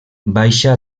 baixa